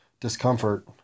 discomfort